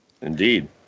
Indeed